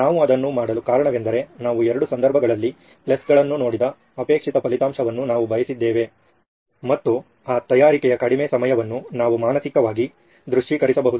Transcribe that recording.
ನಾವು ಅದನ್ನು ಮಾಡಲು ಕಾರಣವೆಂದರೆ ನಾವು ಎರಡೂ ಸಂದರ್ಭಗಳಲ್ಲಿ ಪ್ಲಸ್ಗಳನ್ನು ನೋಡಿದ ಅಪೇಕ್ಷಿತ ಫಲಿತಾಂಶವನ್ನು ನಾವು ಬಯಸಿದ್ದೇವೆ ಮತ್ತು ಆ ತಯಾರಿಕೆಯ ಕಡಿಮೆ ಸಮಯವನ್ನು ನಾವು ಮಾನಸಿಕವಾಗಿ ದೃಶ್ಯೀಕರಿಸಬಹುದು